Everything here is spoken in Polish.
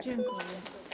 Dziękuję.